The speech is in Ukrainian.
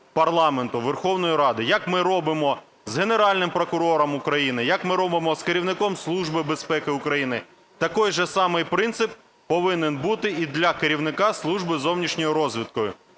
парламенту, Верховної Ради. Як ми робимо з Генеральним прокурором України, як ми робимо з керівником Служби безпеки України, такий же самий принцип повинен бути і для керівника Служби зовнішньої розвідки.